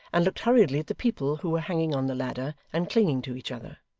and looked hurriedly at the people who were hanging on the ladder and clinging to each other.